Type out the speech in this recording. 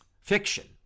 fiction